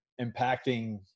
impacting